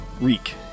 Reek